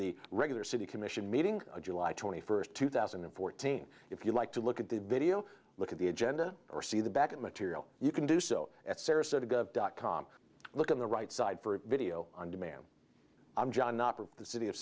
the regular city commission meeting july twenty first two thousand and fourteen if you like to look at the video look at the agenda or see the back material you can do so at sarasota dot com look on the right side for video on demand i'm john the city of